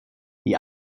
die